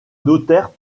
notaire